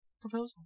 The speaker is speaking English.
proposal